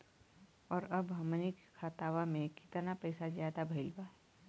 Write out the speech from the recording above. और अब हमनी के खतावा में कितना पैसा ज्यादा भईल बा?